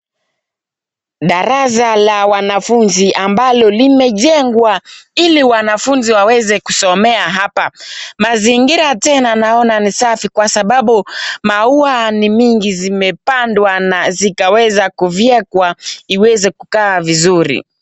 Darasa la wanafunzi ambalo limejengwa ili wanafunzi waweze kusomea hapa. mazingira tena naona ni safi kwa sababu maua ni mingi zimepandwa na zikaweza kufyekwa iweze kukaa vizuri.